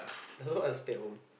just want to stay at home